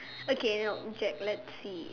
okay now object let's see